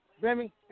Remy